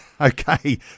okay